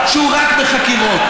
אני במקומך,